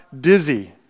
dizzy